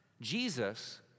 Jesus